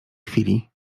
chwili